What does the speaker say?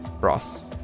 Ross